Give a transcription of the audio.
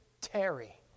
Terry